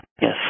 Yes